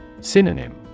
Synonym